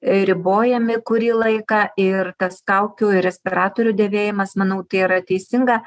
ribojami kurį laiką ir tas kaukių ir respiratorių dėvėjimas manau tai yra teisinga